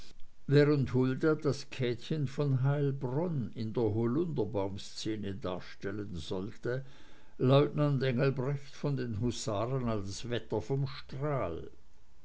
während hulda das käthchen von heilbronn in der holunderbaumszene darstellen sollte leutnant engelbrecht von den husaren als wetter vom strahl